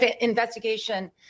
investigation